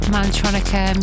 Mantronica